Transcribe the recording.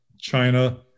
China